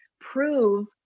prove